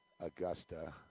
Augusta